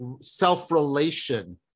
self-relation